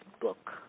book